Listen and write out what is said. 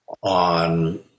on